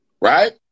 Right